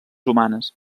humanes